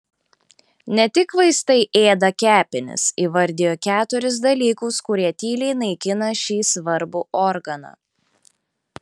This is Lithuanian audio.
ne tik vaistai ėda kepenis įvardijo keturis dalykus kurie tyliai naikina šį svarbų organą